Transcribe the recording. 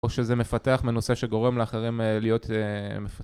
או שזה מפתח מנושא שגורם לאחרים להיות